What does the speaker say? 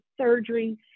surgery